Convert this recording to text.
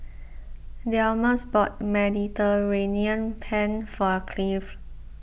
Delmus bought Mediterranean Penne for Cleave